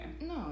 No